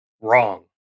Wrong